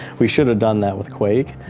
we should have done that with quake,